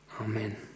Amen